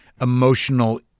emotional